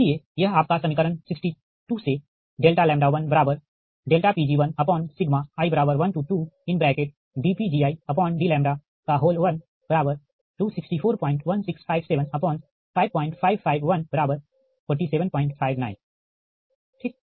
इसलिए यह आपका समीकरण 62 से Pgi12dPgidλ264165755514759 ठीक